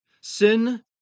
Sin